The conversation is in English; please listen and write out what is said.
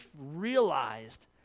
realized